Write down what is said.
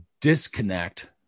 disconnect